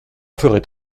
ferait